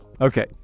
Okay